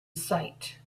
sight